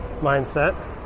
mindset